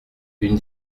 une